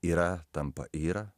yra tampa yra